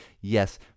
Yes